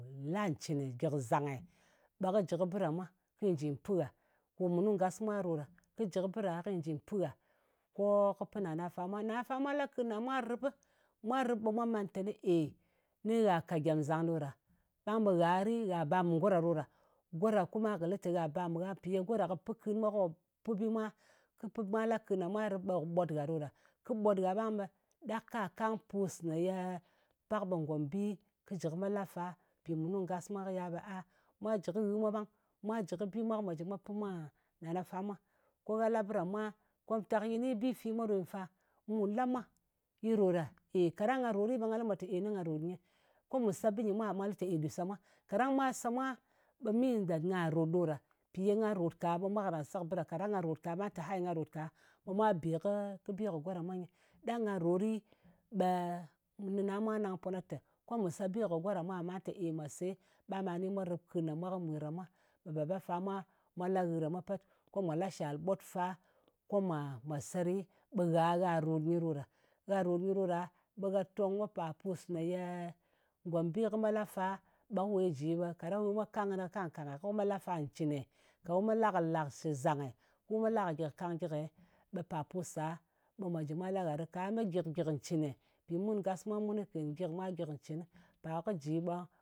La cɨne, gyìk zange, ɓe kɨ jɨ kɨ bɨ ɗa mwa, kyi jì pɨ gha. Ko munu ngasmwa ɗo ɗa. Kɨ jɨ kɨ ɗa, ko nyɨ jì pɨ gha, ko kɨ pɨn nana fa mwa, nana fa mwa la kɨn ɗa mwa rɨp, mwa rɨp ɓe mwa man teni, eyi, ni gha ka gyemzang ɗo ɗa. Bang ɓe ghari, gha bar mɨ go ɗa ɗo ɗa. Go ɗa, kuma kɨ lɨ te gha ba mɨ gha. Mpì ye go ɗa kɨ pɨ kɨn mwa, ko kɨ pi bi mwa. Mwa la kɨn ɗa mwa rɨp, ɓe kɨ ɓot gha ɗo ɗa. Kɨ ɓot gha ɓang ɓe ɗak ka kang pu ne ye, ye pak ɓe ngombi kɨ jɨ kɨ me la fa. Mpì munu ngasmwa kɨ yal ɓe a. Mwa jɨ kɨ ghɨ mwa ɓang. Mwa jɨ kɨ bi mwa ko mwa jɨ mwa pɨn mwa nana fa mwa. Ko gha la bɨ ɗa mwa, komtak yi ni bi fi mwa ɗo nyɨ fa. Mu la mwa. Yi rot ɗa? Ey! Kaɗang nga ròt ɓe nga lɨ mwa te ey nɨ nga ròt nyɨ. Ko mu se bɨ nyɨ mwa? Mwa lɨ te, ey ɗù se mwa. Kaɗang mwa se mwa ɓe, mean that ngà ròt ɗo ɗa. Mpì ye nga ròt ka ɓe mwa karan se kɨ bɨ ɗa ka. Kɗang nga ròt ka ɓà lɨ tè hai, nga rot ka, ɓe mwa bè kɨ bɨ kɨ go ɗa mwa nyɨ. Ɗang nga rot ɗi, ɓe nɨna mwa nang po na te, ko mu se bi kɨ go ɗa mwa? Ɓà lɨ te, ey mwa se, ɓang ɓa ni mwa rɨp kɨn ɗa mwa, kɨ mwir ɗa mwa. Baba fa mwa la nghɨ ɗa mwa pet. Ko mwa la shal ɓot fa, ko mwa se ɗi, ɓe gha, gha rot nyɨ ɗo kaɗang gha ròt nyɨ ɗo ɗa, ɓe gha tong ko pa pus me yeee ngòmbi kɨ me la fa, ɓe kɨ we ji, ɓe kaɗang wu me kang kɨnɨ ka kang-kange? Ko kɨ ma la fa ncɨne, kɨ wu me la kɨ la shɨ zange? Ku me la kɨ, gyɨk kang gyike? Ɓe pa pus ɗa ɓe mwa jɨ mwa la gha ɗɨ. Ka gha me gyɨ̀k-gyìk ncɨne. Mpì mun ngas mwa mun kɨ ken gyik mwa gyik cɨnɨ. Pa kɨ ji ɓe,